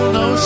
no